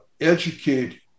educate